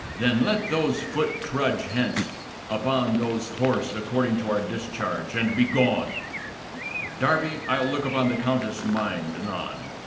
then let those foot trudge hence upon those horse according to our discharge, and be gone darby, i'll look upon the countess' mind anon.